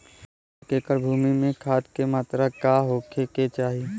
एक एकड़ भूमि में खाद के का मात्रा का होखे के चाही?